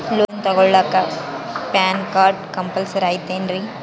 Loan ತೊಗೊಳ್ಳಾಕ PAN card compulsory ಐಯ್ತೇನ್ರಿ?